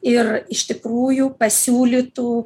ir iš tikrųjų pasiūlytų